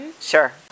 sure